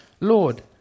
Lord